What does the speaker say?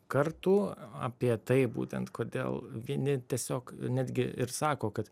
kartų apie tai būtent kodėl vieni tiesiog netgi ir sako kad